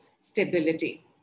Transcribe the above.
stability